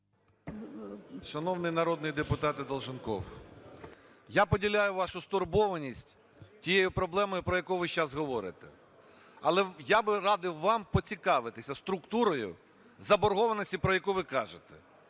Шановний народний депутате Долженков, я поділяю вашу стурбованість тією проблемою, про яку ви зараз говорите. Але я би радив вам поцікавитись структурою заборгованості, про яку ви кажете.